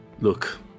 Look